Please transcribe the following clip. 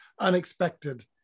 unexpected